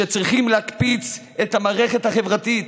שצריכים להקפיץ את המערכת החברתית: